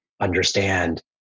understand